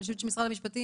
אני חושבת שמשרד המשפטים,